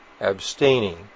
abstaining